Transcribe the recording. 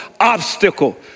obstacle